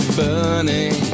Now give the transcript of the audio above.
burning